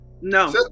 No